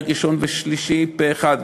פרק ראשון ושלישי פה-אחד,